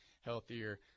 healthier